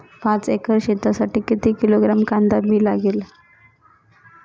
पाच एकर शेतासाठी किती किलोग्रॅम कांदा बी लागेल?